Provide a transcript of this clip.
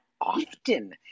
often